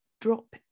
drop